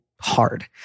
hard